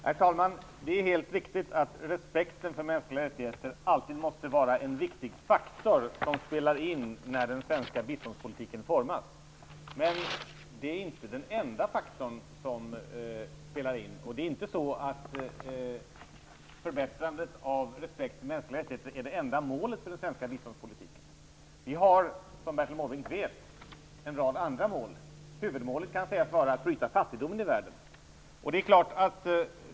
Herr talman! Det är helt riktigt att respekten för mänskliga rättigheter alltid måste vara en viktig faktor, som spelar in när den svenska biståndspolitiken formas, men det är inte den enda faktor som spelar in. Det är inte så att förbättrandet av respekten för mänskliga rättigheter är det enda målet för den svenska biståndspolitiken. Vi har, som Bertil Måbrink vet, en rad andra mål. Huvudmålet kan sägas vara att bryta fattigdomen i världen.